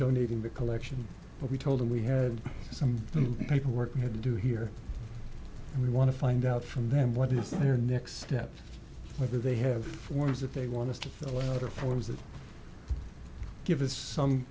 donating the collection but we told them we had some paperwork and had to do here and we want to find out from them what is their next step whether they have forms that they want to the outer forms that give us some